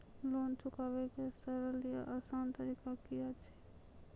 Loan चुकाबै के सरल या आसान तरीका की अछि?